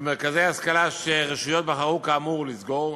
במרכזי השכלה, שהרשויות בחרו כאמור לסגור,